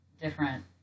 different